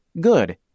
Good